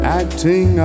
acting